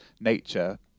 nature